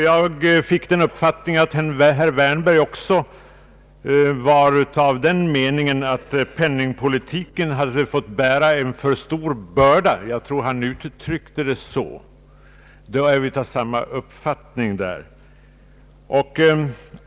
Jag fick den uppfattningen att herr Wärnberg också var av den meningen att penningpolitiken hade fått bära en för stor börda — jag tror han uttryckte det så — och då är vi av samma uppfattning.